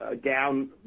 down